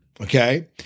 Okay